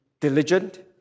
diligent